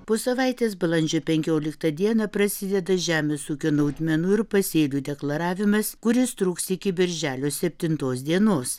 po savaitės balandžio penkioliktą dieną prasideda žemės ūkio naudmenų ir pasėlių deklaravimas kuris truks iki birželio septintos dienos